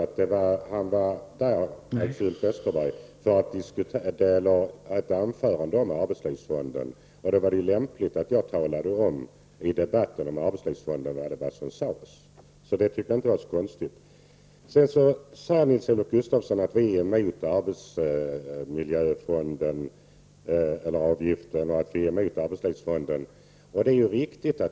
Ulf Westerberg har hållit ett anförande om arbetslivsfonden, och jag tyckte att det var lämpligt att jag i den här debatten refererade vad han har sagt. Nils-Olof Gustafsson sade att vi var emot arbetsmiljöavgiften och arbetslivsfonden, och det är ju riktigt.